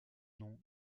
nom